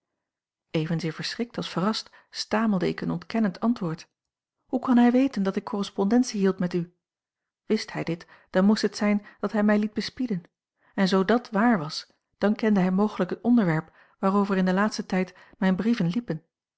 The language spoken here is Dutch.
evenzeer verschrikt als verrast stamelde ik een ontkennend antwoord hoe kon hij weten dat ik correspondentie hield met u wist hij dit dan moest het zijn dat hij mij liet bespieden en zoo dàt waar was dan kende hij mogelijk het onderwerp waarover in den laatsten tijd mijne brieven liepen